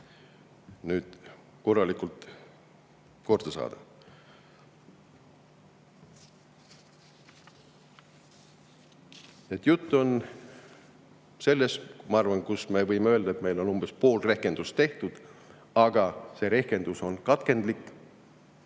tööd korralikult korda saada. Jutt on sellest, ma arvan, et me võime öelda, et meil on umbes pool rehkendusest tehtud, aga see rehkendus on katkendlik